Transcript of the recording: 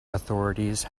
authorities